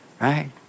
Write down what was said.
right